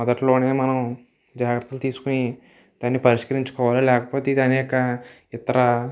మొదట్లో మనం జాగ్రత్తలు తీసుకుని దాని పరిష్కరించుకోవాలి లేకపోతే ఇది అనేక ఇతర